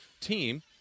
team